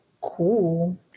cool